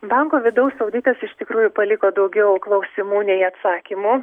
banko vidaus auditas iš tikrųjų paliko daugiau klausimų nei atsakymų